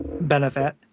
benefit